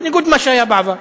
בניגוד למה שהיה בעבר.